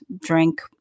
drink